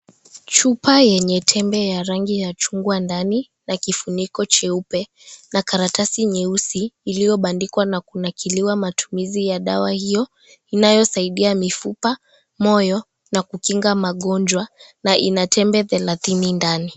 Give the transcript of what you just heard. Chupa yenye tembe ya rangi ya chungwa ndani na kifuniko cheupe na karatasi nyeusi iliyobandikwa na kunakiliwa matumizi ya dawa hiyo, inayosaidia mifupa, moyo na kukinga magonjwa na ina tembe thelathini ndani.